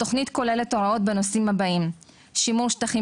התכנית כוללת הוראות בנושאים הבאים: שימור שטחים